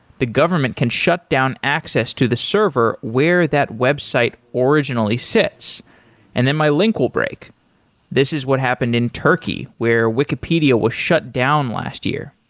the government can shut down access to the server where that website originally sits and then my link will break this is what happened in turkey where wikipedia was shut down last year.